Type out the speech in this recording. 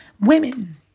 women